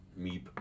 Meep